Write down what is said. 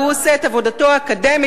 והוא עושה את עבודתו האקדמית,